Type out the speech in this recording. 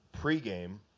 pregame